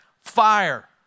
fire